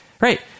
Right